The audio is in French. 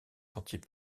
sentiers